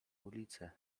ulicę